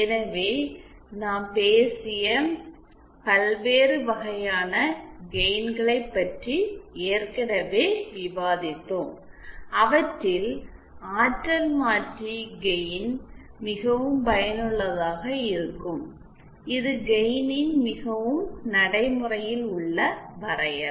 எனவே நாம் பேசிய பல்வேறு வகையான கெயின்களை பற்றி ஏற்கனவே விவாதித்தோம் அவற்றில் ஆற்றல் மாற்றி கெயின் மிகவும் பயனுள்ளதாக இருக்கும்இது கெயினின் மிகவும் நடைமுறையில் உள்ள வரையறை